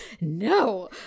No